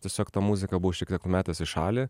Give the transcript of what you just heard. tiesiog tą muziką buvau šiek tiek pametęs į šalį